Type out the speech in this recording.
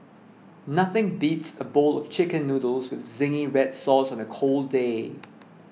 nothing beats a bowl of Chicken Noodles with Zingy Red Sauce on a cold day